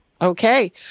Okay